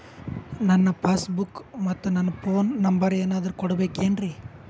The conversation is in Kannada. ನನ್ನ ಪಾಸ್ ಬುಕ್ ಮತ್ ನನ್ನ ಫೋನ್ ನಂಬರ್ ಏನಾದ್ರು ಕೊಡಬೇಕೆನ್ರಿ?